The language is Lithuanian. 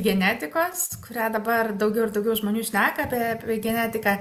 genetikos kurią dabar daugiau ir daugiau žmonių šneka apie genetiką